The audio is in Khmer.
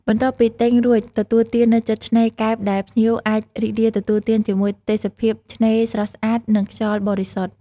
បន្ទាប់ពីទិញរួចទទួលទាននៅជិតឆ្នេរកែបដែលភ្ញៀវអាចរីករាយទទួលទានជាមួយទេសភាពឆ្នេរស្រស់ស្អាត និងខ្យល់បរិសុទ្ធ។